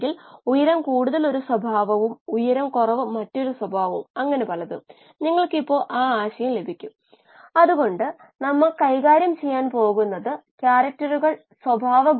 non linear മേഖലയിലുള്ള ആദ്യത്തെ 3 പോയിന്റുകൾ നമ്മൾ ഒഴിവാക്കുന്നു